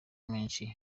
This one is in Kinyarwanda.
menshi